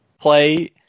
play